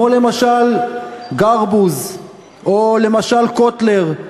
למשל גרבוז או למשל קוטלר.